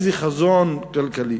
איזה חזון כלכלי?